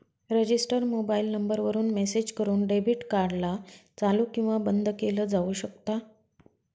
register mobile number वरून message करून debit card ला चालू किंवा बंद केलं जाऊ शकता